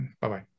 Bye-bye